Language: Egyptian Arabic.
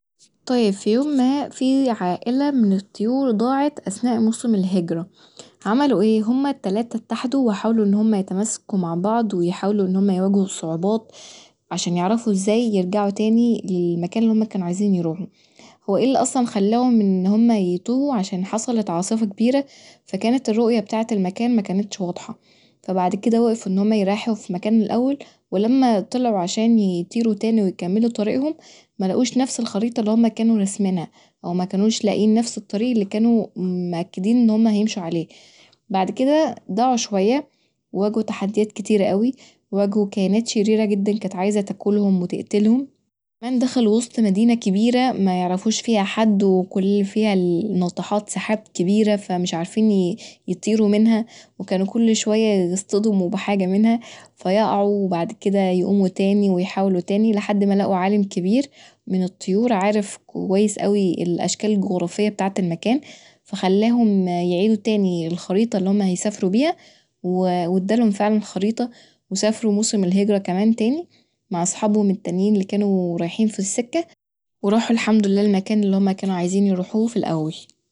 طيب في يوم ما فيه عائلة من الطيور ضاعت أثناء موسم الهجرة، عملوا ايه؟ هما التلاته اتحدوا وحاولوا ان هما يتماسكوا مع بعضوحاولوا يواجهوا الصعوبات عشان يعرفوا يرجعوا لزاي تاني للمكان اللي هما كانوا عايزين يروحوا وايه اللي اصلا خلاهم ان هما يتوهوا عشان حصلت عاصفة كبيره فكانت الرؤية بتاعة المكان واضحه فبعد كدا وقفوا ان هما يريحوا في مكان الأول ولما طلعوا عشان يطيروا تاني ويكملوا طريقهم ملقوش نفس الخريطه اللي هما كانوا رسمينها او مكانوش لاقيين نفس الطريق اللي كانوا مأكدين ان هما هيمشوا عليه بعد كدا ضاعوا شويه وواجهوا تحديات كتيره اوي وواجهوا كائنات شريره جدا كانت عايزه تاكلهم وتقتلهم، كمان دخلوا وسط مدينة كبيرة ميعرفوش فيها حد وكل اللي فيها ناطحات سحاب كبيره فمش عارفين يطيروا منها وكانوا كل شويه يصطدموا بحاجه منها فيقعوا وبعد كدا يقوموا تاني ويحاولوا تاني لحد ما لقوا عالم كبير من الطيرر عارف كويس اوي الأشكال الجغرافيه بتاعة المكان خلاهم يعيدوا تاني الخريطه اللي هما هيسافروا بيها وازالهم فعلا خريطه وسافروا موسم الهجره كمان تاني مع اصحابهم التانيين اللي كانوا رايحين في السكه وراحوا الحمدلله المكان اللي كانوا عايزين يروحوه في الأول